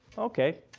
okay,